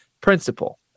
principle